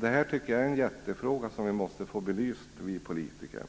Det här är en jättestor fråga som vi politiker måste få belyst.